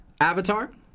Avatar